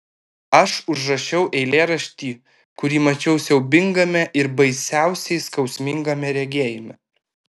aš užrašiau eilėraštį kurį mačiau siaubingame ir baisiausiai skausmingame regėjime